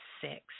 six